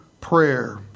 prayer